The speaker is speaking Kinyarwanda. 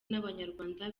n’abanyarwanda